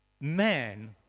man